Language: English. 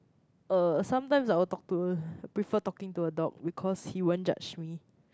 uh sometimes I will talk to prefer talking to a dog because he won't judge me